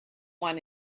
one